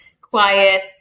quiet